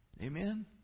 Amen